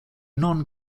non